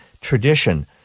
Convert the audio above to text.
tradition